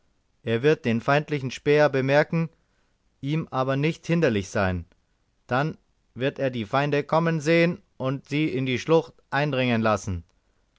er wird den feindlichen späher bemerken ihm aber nicht hinderlich sein dann wird er die feinde kommen sehen und sie in die schlucht eindringen lassen